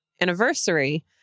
anniversary